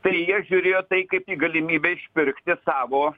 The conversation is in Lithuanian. tai jie žiūrėjo tai kaip į galimybę išpirkti savo